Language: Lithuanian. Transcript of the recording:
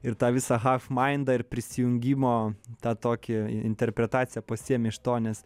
ir tą visą hafmaindą ir prisijungimo tą tokią interpretaciją pasiimi iš to nes